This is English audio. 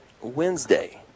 Wednesday